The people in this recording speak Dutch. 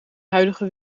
huidige